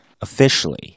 officially